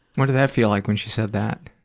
what did that feel like when she said that?